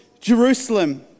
Jerusalem